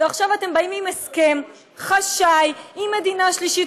ועכשיו אתם באים עם הסכם חשאי עם מדינה שלישית,